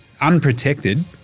unprotected